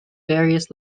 various